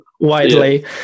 widely